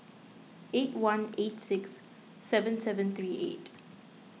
eight one eight six seven seven three eight